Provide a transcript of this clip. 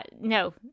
No